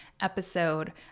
Episode